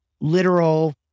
literal